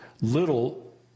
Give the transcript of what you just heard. little